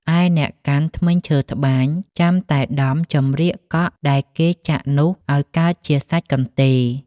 ឯអ្នកកាន់ ធ្មេញឈើត្បាញ ចាំតែដំចំរៀកកក់ដែលគេចាក់នោះអោយកើតជាសាច់កន្ទេល ។